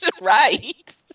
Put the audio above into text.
Right